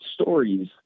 stories